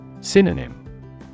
Synonym